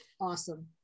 Awesome